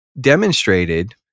demonstrated